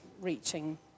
reaching